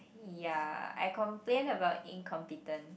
ya I complain about incompetence